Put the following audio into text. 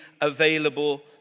available